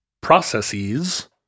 processes